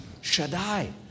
Shaddai